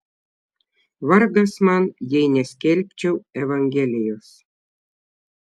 vargas man jei neskelbčiau evangelijos